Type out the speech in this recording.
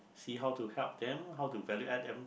see how to help them how to value add them